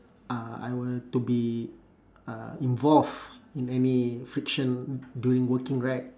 uh I were to be uh involved in any friction during working right